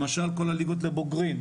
למשל, כל הליגות לבוגרים.